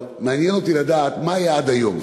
מעניין אותי מה היה עד היום,